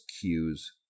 cues